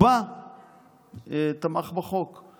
תמך בחוק,